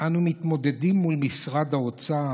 אנו מתמודדים מול משרד האוצר,